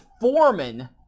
foreman